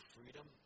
Freedom